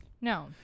No